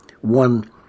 one